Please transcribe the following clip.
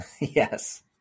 Yes